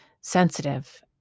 sensitive